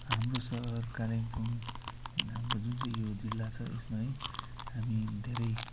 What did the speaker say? हाम्रो सहर कालिम्पोङ हाम्रो जुन चाहिँ यो जिल्ला छ यसमा है हामी धेरै